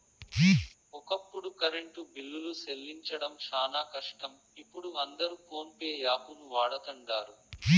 ఒకప్పుడు కరెంటు బిల్లులు సెల్లించడం శానా కష్టం, ఇపుడు అందరు పోన్పే యాపును వాడతండారు